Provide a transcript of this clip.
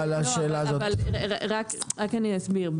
אבל רק אני אסביר,